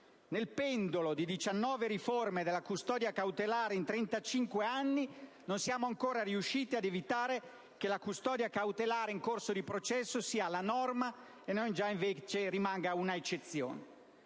Nel pendolo di 19 riforme della custodia cautelare in 35 anni non siamo ancora riusciti ad evitare che la custodia cautelare in corso di processo sia la norma e non già invece un'eccezione.